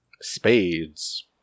Spades